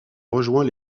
rejoint